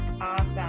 Awesome